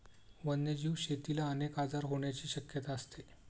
वन्यजीव शेतीला अनेक आजार होण्याची शक्यता असते